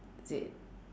is it